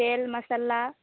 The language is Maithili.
तेल मसल्ला